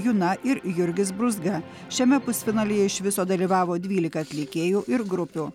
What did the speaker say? juna ir jurgis brūzga šiame pusfinalyje iš viso dalyvavo dvylika atlikėjų ir grupių